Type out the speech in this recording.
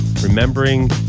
remembering